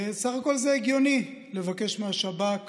בסך הכול זה הגיוני לבקש מהשב"כ